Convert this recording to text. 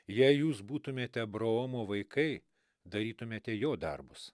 jei jūs būtumėte abraomo vaikai darytumėte jo darbus